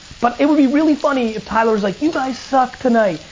but it would be really funny if tyler was like, you guys suck tonight!